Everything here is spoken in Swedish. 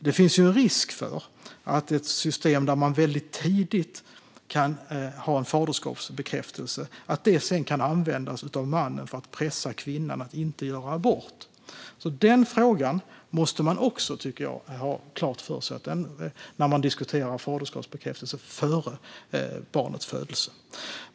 Det finns en risk för att ett system där man väldigt tidigt kan göra en faderskapsbekräftelse sedan kan användas av mannen för att pressa kvinnan att inte göra abort. Denna fråga tycker jag också att man måste ha klar för sig när man diskuterar faderskapsbekräftelse före barnets födelse.